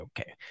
okay